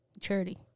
Charity